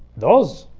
those